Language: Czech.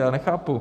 Já nechápu.